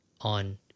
on